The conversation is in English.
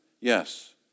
Yes